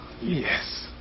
Yes